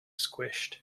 squished